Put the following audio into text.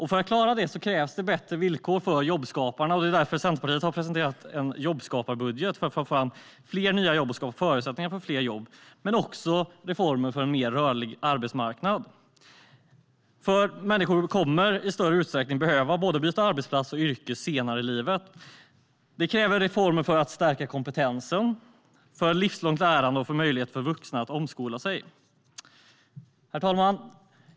För att klara denna utmaning krävs bättre villkor för jobbskaparna. Centerpartiet har därför presenterat en jobbskaparbudget med reformer för att få fram fler nya jobb och för en rörligare arbetsmarknad. Människor kommer i större utsträckning att behöva byta både arbetsplats och yrke senare i livet. Det kräver reformer för stärkt kompetens, för livslångt lärande och för omskolning av vuxna. Herr talman!